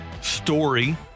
Story